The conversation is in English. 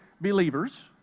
believers